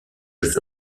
jeux